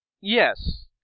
Yes